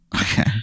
okay